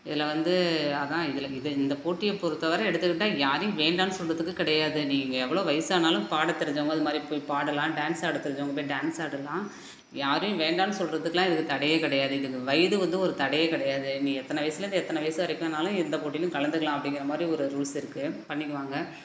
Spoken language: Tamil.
இதில் வந்து அதுதான் இதில் இது இந்த போட்டியை பொறுத்த வரை எடுத்துக்கிட்டால் யாரையும் வேண்டாம்னு சொல்றதுக்கு கிடையாது நீங்கள் எவ்வளோ வயசானாலும் பாட தெரிஞ்சவங்க அது மாதிரி போய் பாடலாம் டான்ஸ் ஆட தெரிஞ்சவங்க போய் டான்ஸ் ஆடலாம் யாரையும் வேண்டாம்னு சொல்லுறதுக்குலாம் இதுக்கு தடையே கிடையாது இதுக்கு வயது வந்து ஒரு தடையே கிடையாது நீ எத்தனை வயசுலேந்து எத்தனை வயசு வரைக்கு வேணாலும் எந்த போட்டிலையும் கலந்துக்கலாம் அப்படிங்கிற மாதிரி ஒரு ரூல்ஸ் இருக்குது பண்ணிக்குவாங்க